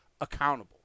accountable